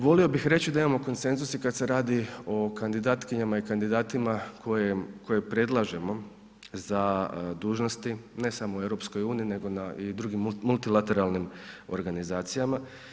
Volio bih reći da imamo konsenzus i kada se radi o kandidatkinjama i kandidatima koje predlažemo za dužnosti ne samo u EU nego u drugim multilateralnim organizacijama.